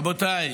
רבותיי,